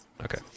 Okay